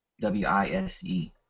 W-I-S-E